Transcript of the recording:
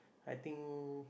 I think